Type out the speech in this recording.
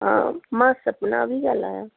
हा मां सपना पई ॻाल्हायां